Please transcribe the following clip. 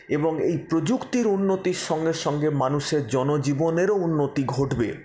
এবং এই প্রযুক্তির উন্নতির সঙ্গে সঙ্গে মানুষের জনজীবনেরও উন্নতি ঘটবে